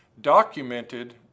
documented